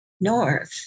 north